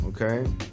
okay